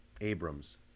Abrams